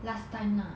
last time lah